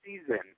season